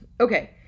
okay